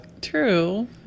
True